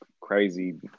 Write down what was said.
crazy